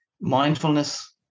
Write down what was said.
mindfulness